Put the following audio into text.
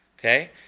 okay